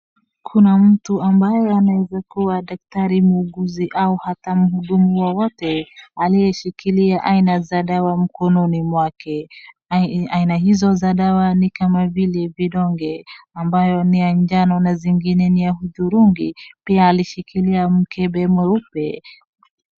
Kuna mtu ambaye anaeza kuwa dakitari, muuguzi au ata muhudumu wa wote aliyeshikilia aina za dawa mkononi mwake. Aina izo za dawa nikama vile vidonge ambayo ni ya majano na zingine ni za uthurungi. Pia ameshikilia mkebe mweupe .